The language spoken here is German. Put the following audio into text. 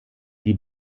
die